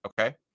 okay